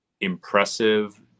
impressive